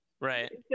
right